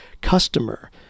customer